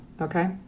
okay